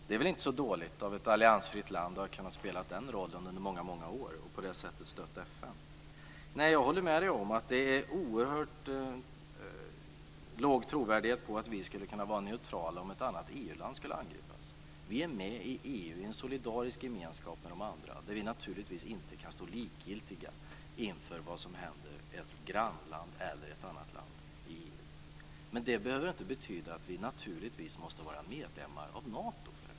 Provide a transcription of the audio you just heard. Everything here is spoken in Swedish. Det är väl inte så dåligt av ett alliansfritt land att ha kunnat spela den rollen under många år och på det sättet ha stött FN. Jag håller med om att det är oerhört låg trovärdighet för att vi skulle kunna vara neutrala om ett annat EU-land skulle angripas. Vi är med i EU i en solidarisk gemenskap med de andra där vi naturligtvis inte kan stå likgiltiga inför vad som händer ett grannland eller ett annat land i EU. Men det behöver inte betyda att vi naturligtvis måste vara medlemmar av Nato.